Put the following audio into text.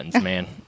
man